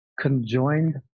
conjoined